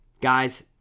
Guys